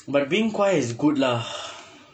but being quiet is good lah